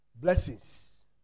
Blessings